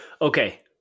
Okay